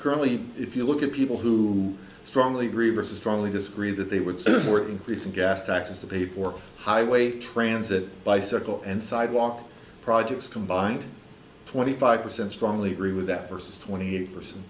currently if you look at people who strongly agree vs strongly disagree that they would work increasing gas taxes to pay for highway transit bicycle and sidewalk projects combined twenty five percent strongly agree with that versus twenty eight percent